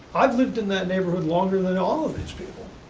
i've lived in that neighborhood longer than all of these people.